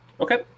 Okay